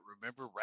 remember